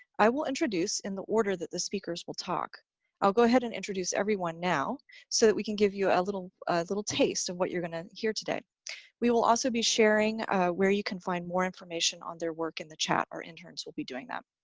i will introduce in the order that the speakers will talk i'll go ahead and introduce everyone now so that we can give you a little a little taste of what you're going to hear today we will also be sharing where you can find more information on their work in the chat, our interns will be doing that.